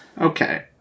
okay